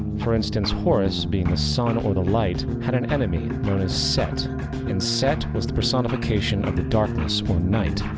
for instance, horus, being the sun, or the light, had an enemy known as set and set was the personification of the darkness or night.